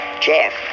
Jeff